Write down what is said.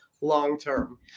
long-term